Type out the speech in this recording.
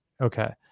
Okay